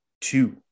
two